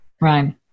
right